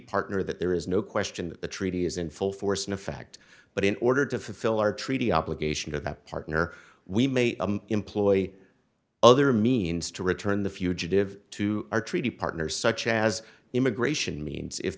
partner that there is no question that the treaty is in full force in effect but in order to fulfill our treaty obligation to that partner we may employ other means to return the fugitive to our treaty partners such as immigration means if